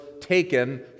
taken